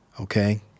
Okay